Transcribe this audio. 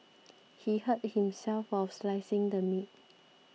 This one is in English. he hurt himself while slicing the meat